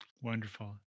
Wonderful